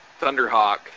Thunderhawk